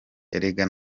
erega